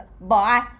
bye